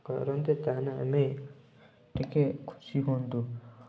କରନ୍ତେ ତାହେଲେ ଆମେ ଟିକେ ଖୁସି ହୁଅନ୍ତୁ